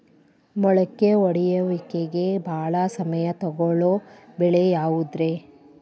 ಮೊಳಕೆ ಒಡೆಯುವಿಕೆಗೆ ಭಾಳ ಸಮಯ ತೊಗೊಳ್ಳೋ ಬೆಳೆ ಯಾವುದ್ರೇ?